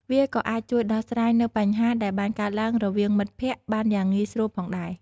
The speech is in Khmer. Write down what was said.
វាក៏អាចជួយដោះស្រាយនូវបញ្ហាដែលបានកើតឡើងរវាងមិត្តភក្តិបានយ៉ាងងាយស្រួលផងដែរ។